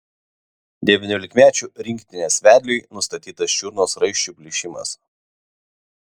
devyniolikmečių rinktinės vedliui nustatytas čiurnos raiščių plyšimas